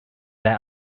that